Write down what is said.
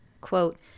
Quote